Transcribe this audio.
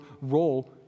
role